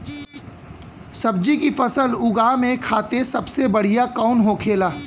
सब्जी की फसल उगा में खाते सबसे बढ़ियां कौन होखेला?